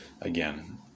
again